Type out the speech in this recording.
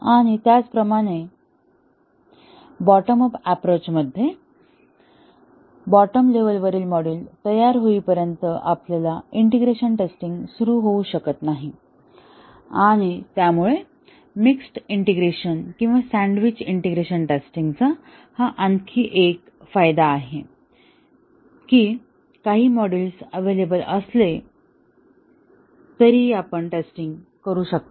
आणि त्याचप्रमाणे bottom up approach मध्ये सर्व बॉटम लेव्हलवरील मॉड्यूल तयार होईपर्यंत आपली इंटिग्रेशन टेस्टिंग सुरू होऊ शकत नाही त्यामुळे मिक्सड इंटिग्रेशन किंवा सँडविच केलेल्या इंटिग्रेशन टेस्टिंग चा हा आणखी एक फायदा आहे की काही मॉड्यूल अव्हेलेबल असले तरीही आपण टेस्टिंग करू शकता